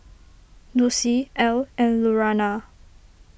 Lucie Ell and Lurana